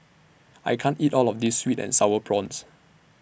I can't eat All of This Sweet and Sour Prawns